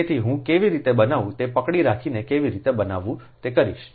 તેથી હું કેવી રીતે બનાવું તે પકડી રાખીને કેવી રીતે બનાવવું તે કરીશ